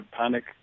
panic